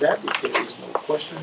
that question